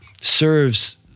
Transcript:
serves